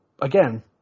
again